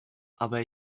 aber